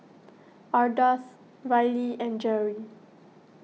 Ardath Riley and Jere